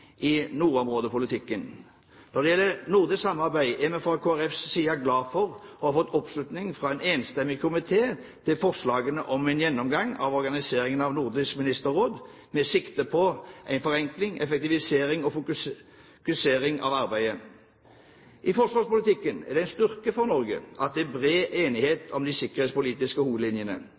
i nordområdepolitikken. Når det gjelder nordisk samarbeid, er vi fra Kristelig Folkepartis side glad for å ha fått oppslutning fra en enstemmig komité til forslaget om «en gjennomgang av organiseringen av Nordisk Ministerråd med sikte på en forenkling, effektivisering og fokusering av arbeidet». I forsvarspolitikken er det en styrke for Norge at det er bred enighet om de sikkerhetspolitiske hovedlinjene.